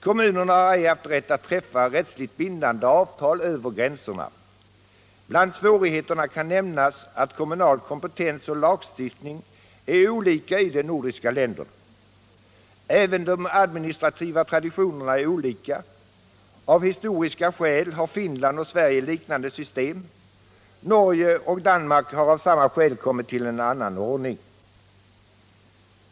Kommunerna har ej kunnat träffa rättsligt bindande avtal över gränserna. Bland svårigheterna kan nämnas att kommunal kompetens och lagstiftning är olika i de olika nordiska länderna. Även de administrativa traditionerna är olika. Av historiska skäl har Finland och Sverige likartade system. Norge och Danmark har av samma skäl kommit att ha en annan ordning.